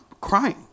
crying